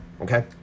Okay